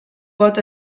pot